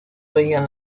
veían